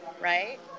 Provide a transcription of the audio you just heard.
right